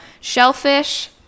Shellfish